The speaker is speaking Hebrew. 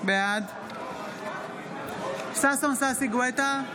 בעד ששון ששי גואטה,